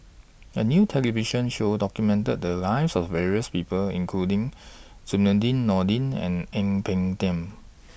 A New television Show documented The Lives of various People including Zainudin Nordin and Ang Peng Tiam